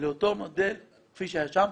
לאותו מודל כפי שהיה שם.